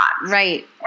Right